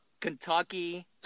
Kentucky